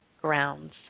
grounds